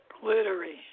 Glittery